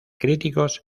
críticos